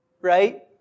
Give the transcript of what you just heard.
right